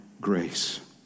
grace